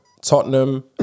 Tottenham